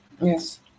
yes